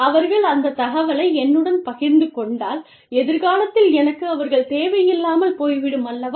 அவர்கள் அந்த தகவலை என்னுடன் பகிர்ந்து கொண்டால் எதிர்காலத்தில் எனக்கு அவர்கள் தேவையில்லாமல் போய் விடும் அல்லவா